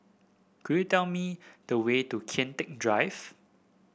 could you tell me the way to Kian Teck Drive